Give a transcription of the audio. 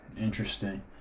Interesting